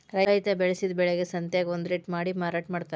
ರೈತಾ ಬೆಳಸಿದ ಬೆಳಿಗೆ ಸಂತ್ಯಾಗ ಒಂದ ರೇಟ ಮಾಡಿ ಮಾರಾಟಾ ಮಡ್ತಾರ